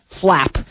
flap